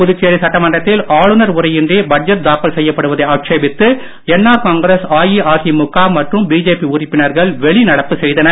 புதுச்சேரி சட்டமன்றத்தில் ஆளுநர் உரையின்றி பட்ஜெட் தாக்கல் செய்யப்படுவதை ஆட்சேபித்து என் ஆர் காங்கிரஸ் அஇஅதிமுக மற்றும் பிஜேபி உறுப்பினர்கள் வெளிநடப்பு செய்தனர்